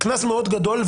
קנס מאוד גדול,